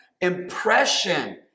impression